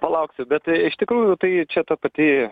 palauksiu bet iš tikrųjų tai čia ta pati